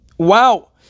wow